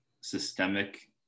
systemic